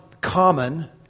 common